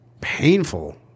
painful